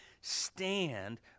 stand